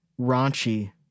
raunchy